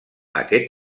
aquest